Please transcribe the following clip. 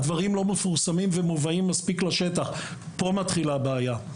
לא מובאים מספיק לשטח וזו בעיה.